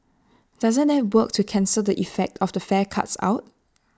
doesn't that work to cancel the effect of the fare cuts out